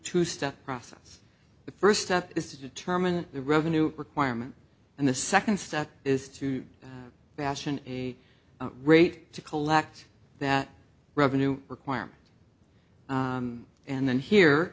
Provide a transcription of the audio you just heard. two step process the first step is to determine the revenue requirement and the second step is to fashion a rate to collect that revenue requirement and then